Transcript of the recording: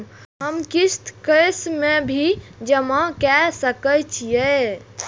हमर किस्त कैश में भी जमा कैर सकै छीयै की?